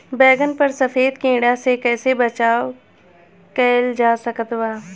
बैगन पर सफेद कीड़ा से कैसे बचाव कैल जा सकत बा?